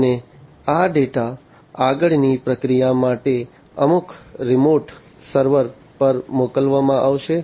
અને આ ડેટા આગળની પ્રક્રિયા માટે અમુક રિમોટ સર્વર પર મોકલવામાં આવશે